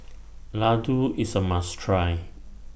Laddu IS A must Try